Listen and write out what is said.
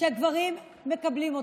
שגברים מקבלים.